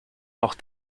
auch